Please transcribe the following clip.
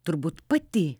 turbūt pati